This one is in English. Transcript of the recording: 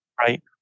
right